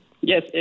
Yes